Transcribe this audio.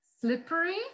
slippery